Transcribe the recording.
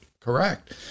correct